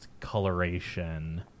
coloration